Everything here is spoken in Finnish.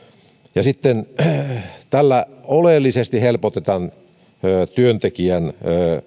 ja sitten tällä oleellisesti helpotetaan työntekijän